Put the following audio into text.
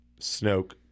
Snoke